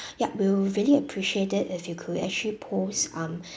yup we will really appreciate it if you could actually post um